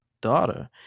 daughter